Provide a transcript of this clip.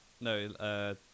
no